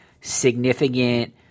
significant –